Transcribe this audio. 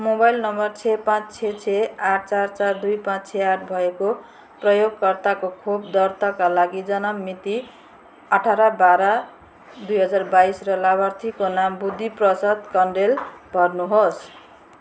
mobile number छ पाँच छ छ आठ चार चार दुई पाँच छ आठ भएको प्रयोगकर्ताको खोप दर्ताका लागि जन्म मिति अठार बाह्र दुई हजार बाइस र लाभार्थीको नाम बुद्धि प्रसाद कँडेल भर्नुहोस्